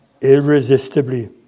irresistibly